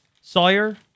Sawyer